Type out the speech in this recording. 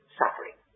suffering